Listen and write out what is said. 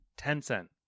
Tencent